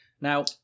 Now